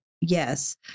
yes